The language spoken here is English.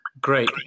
Great